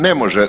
Ne može.